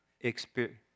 experience